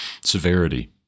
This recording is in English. severity